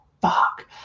fuck